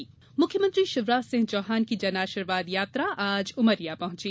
शिवराज जनआशीर्वाद मुख्यमंत्री शिवराज सिंह चौहान की जन आशीर्वाद यात्रा आज उमरिया पहुंची